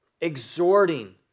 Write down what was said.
exhorting